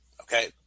Okay